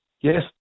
Yes